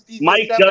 Mike